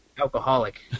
alcoholic